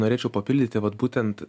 norėčiau papildyti vat būtent